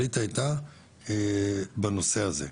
והייתה בנושא הזה,